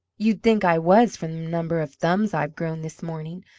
you'd think i was from the number of thumbs i've grown this morning.